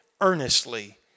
earnestly